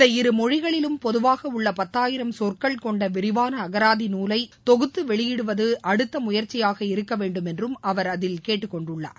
இந்த இருமொழிகளிலும் பொதுவாக உள்ள பத்தாயிரம் சொற்கள் கொண்ட விரிவான அகராதி நூலை தொகுத்து வெளியிடுவது அடுத்த முயற்சிகயாக இருக்கவேண்டும என்றும் அவர் அதில் கேட்டுக்கொண்டுள்ளார்